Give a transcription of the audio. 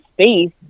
space